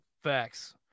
facts